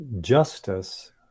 justice